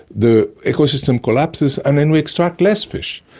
the ecosystem collapses and then we extract less fish.